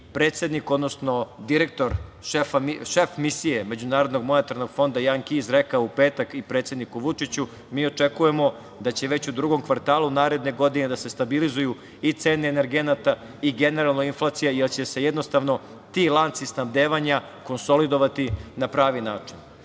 predsednik, odnosno direktor, šef Misije Međunarodnog monetarnog fonda Jan Kejs rekao u petak i predsedniku Vučiću – mi očekujemo da će već u drugom kvartalu naredne godine da se stabilizuju i cene energenata, i generalno inflacija, jer će se ti lanci snabdevanja konsolidovati na pravi način. Dakle,